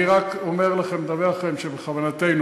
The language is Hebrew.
אני רק אומר לכם, מדווח לכם, שבכוונתנו,